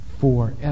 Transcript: forever